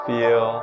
Feel